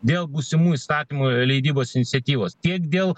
dėl būsimų įstatymų leidybos iniciatyvos tiek dėl